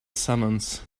summons